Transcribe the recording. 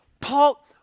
Paul